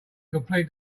complete